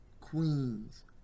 Queens